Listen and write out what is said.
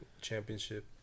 Championship